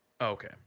Okay